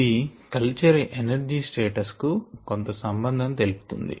ఇది culture energy status కు కొంత సంబంధం తెలుపుతుంది